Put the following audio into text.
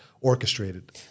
orchestrated